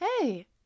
hey